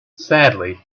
sadly